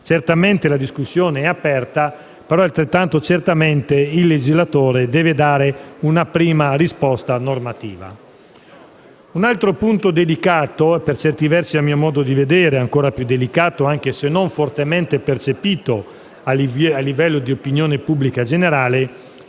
Certamente la discussione è aperta, però, altrettanto sicuramente, il legislatore deve dare una prima risposta normativa. Un altro punto delicato (per certi versi, a mio modo di vedere, ancora più delicato, anche se non fortemente percepito a livello di opinione pubblica generale)